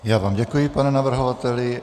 Já vám děkuji, pane navrhovateli.